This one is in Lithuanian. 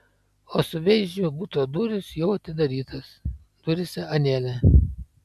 o suveizdžių buto durys jau atidarytos duryse anelė